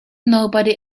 nobody